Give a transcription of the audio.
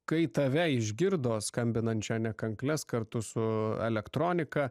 kai tave išgirdo skambinančią ane kankles kartu su elektronika